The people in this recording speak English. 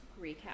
recap